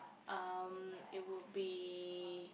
um it would be